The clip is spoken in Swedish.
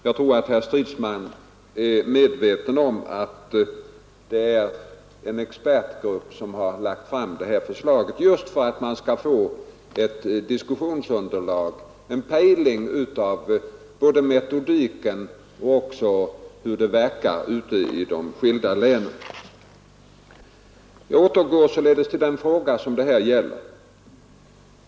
Jag tror att herr Stridsman är medveten om att det är en expertgrupp som har lagt fram förslaget just för att man skall få ett diskussionsunderlag — en pejling både av metodiken och av hur förslaget verkar ute i de skilda länen. Jag återgår således till den fråga som det här gäller.